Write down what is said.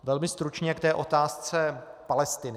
Velmi stručně k otázce Palestiny.